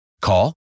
Call